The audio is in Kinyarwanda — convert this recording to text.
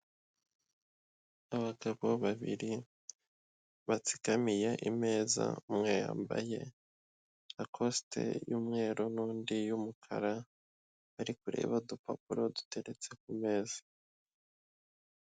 Abagabo babiri, batsikamiye imeza, umwe yambaye lakosite y'umweru, n'undi y'umukara, bari kureba udupapuro, duteretse ku meza.